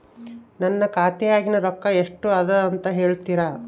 ನನ್ನ ಖಾತೆಯಾಗಿನ ರೊಕ್ಕ ಎಷ್ಟು ಅದಾ ಅಂತಾ ಹೇಳುತ್ತೇರಾ?